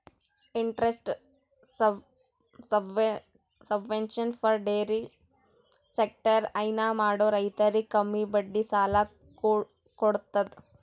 interest subvention for dairy sector ಹೈನಾ ಮಾಡೋ ರೈತರಿಗ್ ಕಮ್ಮಿ ಬಡ್ಡಿ ಸಾಲಾ ಕೊಡತದ್